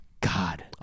God